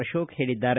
ಅಶೋಕ ಹೇಳಿದ್ದಾರೆ